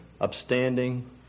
upstanding